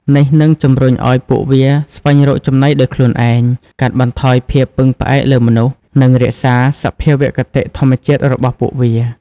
នេះនឹងជំរុញឱ្យពួកវាស្វែងរកចំណីដោយខ្លួនឯង កាត់បន្ថយការពឹងផ្អែកលើមនុស្ស និងរក្សាសភាវគតិធម្មជាតិរបស់ពួកវា។